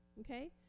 Okay